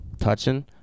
touching